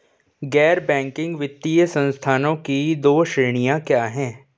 गैर बैंकिंग वित्तीय संस्थानों की दो श्रेणियाँ क्या हैं?